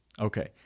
Okay